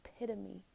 epitome